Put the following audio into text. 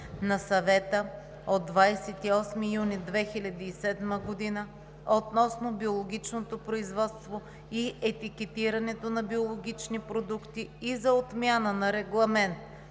на Съвета от 28 юни 2007 г. относно биологичното производство и етикетирането на биологични продукти и за отмяна на Регламент